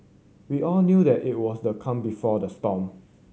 we all knew that it was the calm before the storm